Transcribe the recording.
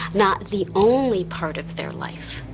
not the only part of their life.